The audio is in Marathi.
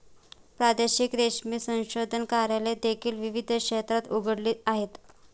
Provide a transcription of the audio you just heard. प्रादेशिक रेशीम संशोधन कार्यालये देखील विविध क्षेत्रात उघडली आहेत